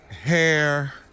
hair